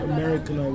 American